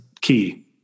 key